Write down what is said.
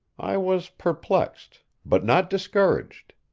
i was perplexed but not discouraged.